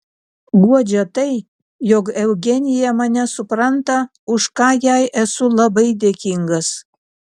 guodžia tai jog eugenija mane supranta už ką jai esu labai dėkingas